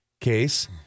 case